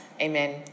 Amen